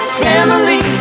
family